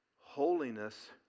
holiness